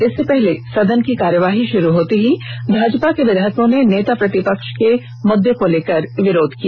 इससे पहले सदन की कार्यवाही शुरू होते ही भाजपा के विधायकों ने नेता प्रतिपक्ष के मुद्दे को लेकर विरोध किया